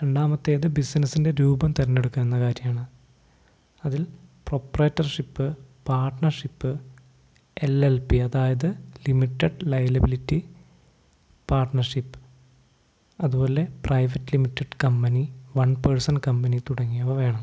രണ്ടാമത്തേത് ബിസിനസ്സിൻ്റെ രൂപം തെരഞ്ഞെടുക്കുന്ന കാര്യമാണ് അതിൽ proprietorship partnership L L P അതായത് ലിമിറ്റഡ് ലൈബിലിറ്റി പാർട്നർഷിപ്പ് അതുപോലെ private limited company one person company തുടങ്ങിയവ വേണം